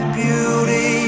beauty